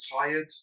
tired